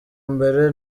mbere